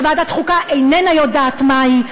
שוועדת החוקה איננה יודעת מהי.